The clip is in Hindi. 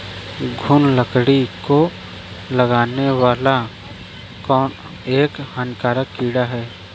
घून लकड़ी को लगने वाला एक हानिकारक कीड़ा है